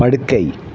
படுக்கை